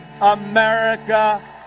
America